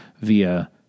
via